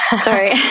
sorry